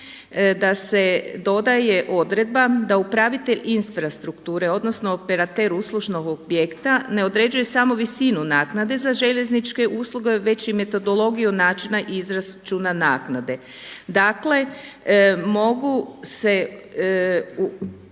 da se dodaje odredba da upravlja infrastrukture, odnosno operater uslužnog objekta ne određuje samo visinu naknade za željezničke usluge već i metodologiju načina izračuna naknade. Dakle, mogu se